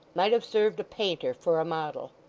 might have served a painter for a model.